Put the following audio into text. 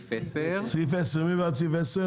לסעיף 10 יש הסתייגות של סיעת יש עתיד.